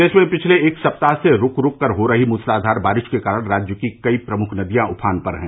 प्रदेष में पिछले एक सप्ताह से रूक रूक कर हो रही मूसलाधार बारिष के कारण राज्य की कई प्रमुख नदियां उफान पर हैं